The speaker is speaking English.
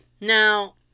Now